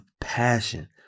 passion